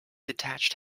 detached